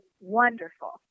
wonderful